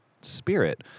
spirit